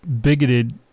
bigoted